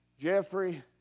Jeffrey